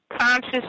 conscious